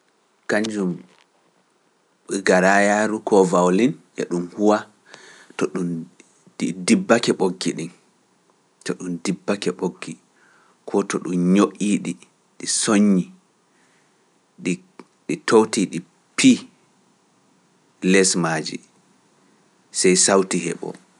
Wuusandu e huwa to ɗum ɗi dibbake ɓoggi ɗin, to ɗum dibbake ɓoggi, ko to ɗum ñoƴƴi ɗi, ɗi sooñi, ɗi tawti ɗi pi lesmaaji, sey sawti heɓo.